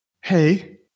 Hey